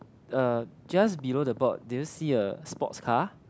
uh just below the board do you see a sports car